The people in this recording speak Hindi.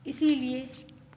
इसलिए